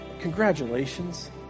congratulations